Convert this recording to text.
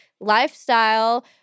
lifestyle